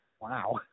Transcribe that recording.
Wow